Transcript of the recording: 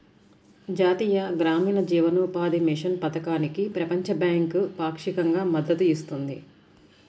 జాతీయ గ్రామీణ జీవనోపాధి మిషన్ పథకానికి ప్రపంచ బ్యాంకు పాక్షికంగా మద్దతు ఇస్తుంది